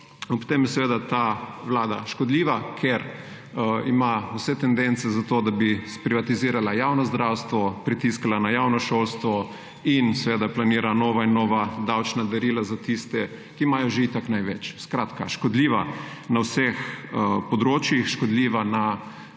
Ob tem je ta vlada škodljiva, ker ima vse tendence za to, da bi sprivatizirala javno zdravstvo, pritiskala na javno šolstvo in planira nova in nova davčna darila za tiste, ki imajo že itak največ. Skratka, škodljiva je na vseh področjih, škodljiva predvsem